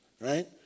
right